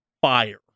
fire